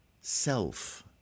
self